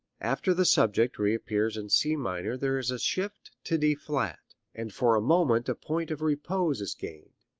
after the subject reappears in c minor there is a shift to d flat, and for a moment a point of repose is gained,